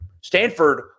Stanford